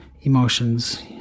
Emotions